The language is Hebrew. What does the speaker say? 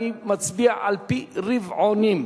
אני מצביע על-פי רבעונים.